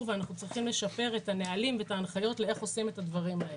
ואנחנו צריכים לשפר את הנהלים ואת ההנחיות איך עושים את הדברים האלה.